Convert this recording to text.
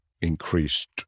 increased